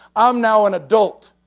i'm now an adult.